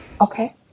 Okay